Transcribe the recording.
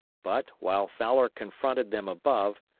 but, while fowler confronted them above,